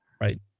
right